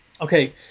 Okay